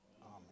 Amen